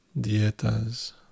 dietas